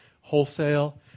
wholesale